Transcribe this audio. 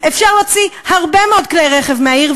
אפשר להוציא הרבה מאוד כלי רכב מהעיר.